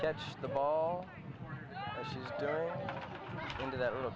catch the ball into that little